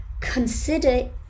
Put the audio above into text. consider